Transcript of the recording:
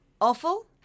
awful